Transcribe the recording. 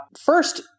first